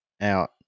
out